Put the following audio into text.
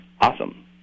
awesome